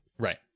Right